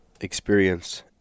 experience